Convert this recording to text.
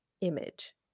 image